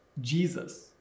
Jesus